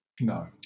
No